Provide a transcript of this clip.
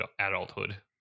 adulthood